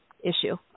issue